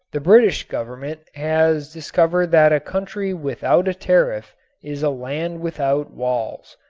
the british government has discovered that a country without a tariff is a land without walls.